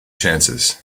chances